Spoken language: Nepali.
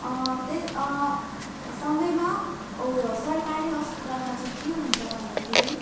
त्यही सँगैमा उयो सरकारी हस्पिटलमा चाहिँ के हुन्छ भन्दाखेरि